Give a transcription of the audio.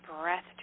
breath